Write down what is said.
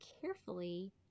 carefully